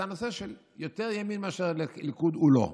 אז יותר ימין מאשר ליכוד הוא לא.